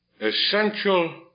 essential